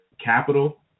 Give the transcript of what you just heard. capital